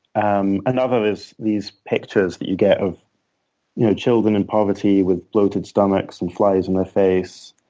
um another is these pictures that you get of you know children in poverty with bloated stomachs and flies in their face.